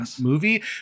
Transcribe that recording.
movie